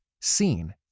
seen